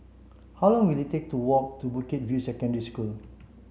how long will it take to walk to Bukit View Secondary School